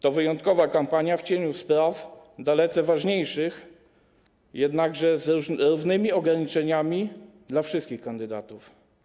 To wyjątkowa kampania - w cieniu spraw dalece ważniejszych, jednakże z równymi ograniczeniami dla wszystkich kandydatów.